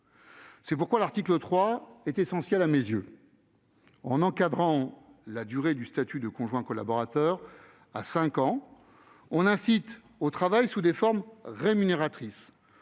C'est pourquoi l'article 3 est essentiel à mes yeux. En limitant la durée du statut de conjoint collaborateur à cinq ans, on incite au travail sous des formes rémunératrices-